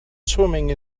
swimming